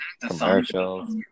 commercials